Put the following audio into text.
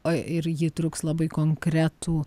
o ir ji truks labai konkretų